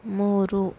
ಮೂರು